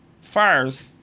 first